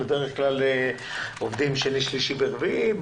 בדרך כלל, עובדים שני, שלישי ורביעי.